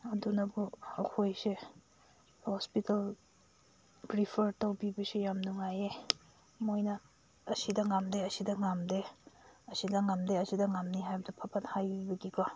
ꯑꯗꯨꯅꯕꯨ ꯑꯩꯈꯣꯏꯁꯦ ꯍꯣꯁꯄꯤꯇꯥꯜ ꯄ꯭ꯔꯤꯐꯔ ꯇꯧꯕꯤꯕꯁꯦ ꯌꯥꯝ ꯅꯨꯡꯉꯥꯏꯌꯦ ꯃꯣꯏꯅ ꯑꯁꯤꯗ ꯉꯝꯗꯦ ꯑꯁꯤꯗ ꯉꯝꯗꯦ ꯑꯁꯤꯗ ꯉꯝꯗꯦ ꯑꯁꯤꯗ ꯉꯝꯅꯤ ꯍꯥꯏꯕꯗꯨ ꯐꯠ ꯐꯠ ꯍꯥꯏꯕꯤꯒꯤꯀꯣ